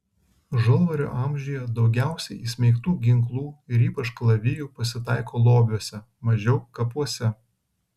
žalvario amžiuje daugiausiai įsmeigtų ginklų ir ypač kalavijų pasitaiko lobiuose mažiau kapuose